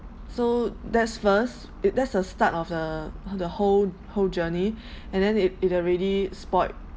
so that's first it there's the start of the the whole whole journey and then it it already spoiled